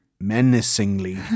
Menacingly